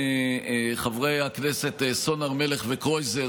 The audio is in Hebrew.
חברי הכנסת סון הר מלך וקרויזר,